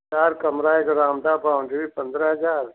चार कमरा एक बरामदा बाउंड्री पंद्रह हज़ार